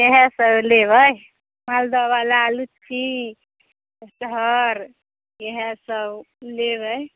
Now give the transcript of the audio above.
इहए सब लेबै मालदह बाला लीची कटहर इहए सब लेबै